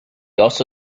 also